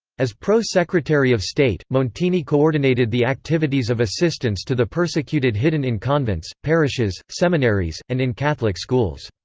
as pro-secretary of state, montini coordinated the activities of assistance to the persecuted hidden in convents, parishes, seminaries, and in catholic schools.